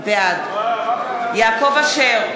בעד יעקב אשר,